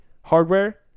hardware